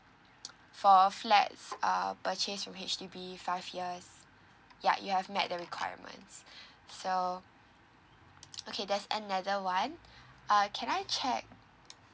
for flats uh purchased from H_D_B five years ya you have met the requirements so okay there's another one uh can I check